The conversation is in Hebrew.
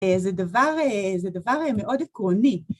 זה דבר מאוד עקרוני.